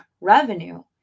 revenue